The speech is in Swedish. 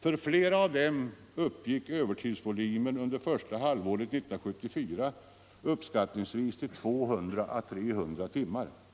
För flera av dessa uppgick övertidsvolymen under första halvåret 1974 uppskattningsvis till 200-300 timmar.